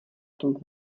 tom